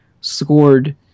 scored